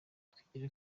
twigire